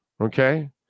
Okay